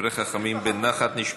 דברי חכמים בנחת נשמעים.